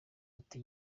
ati